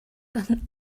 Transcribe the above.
dann